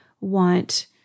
want